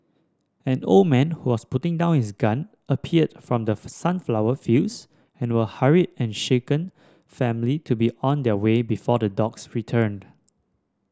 an old man who was putting down his gun appeared from the sunflower fields and were hurried and shaken family to be on their way before the dogs return